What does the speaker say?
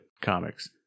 comics